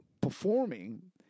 performing